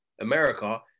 America